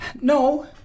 No